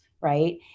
right